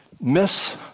miss